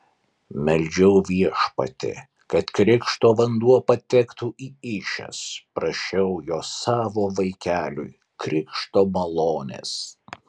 meldžiau viešpatį kad krikšto vanduo patektų į įsčias prašiau jo savo vaikeliui krikšto malonės